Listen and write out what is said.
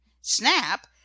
Snap